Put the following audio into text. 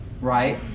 right